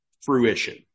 fruition